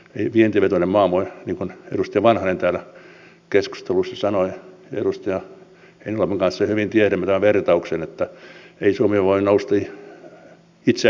ei vientivetoinen maa voi niin kuin edustaja vanhanen täällä keskusteluissa sanoi edustaja heinäluoman kanssa hyvin tiedämme tämän vertauksen ei suomi voi nousta ylös itseään hiuksista vetämällä